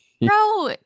bro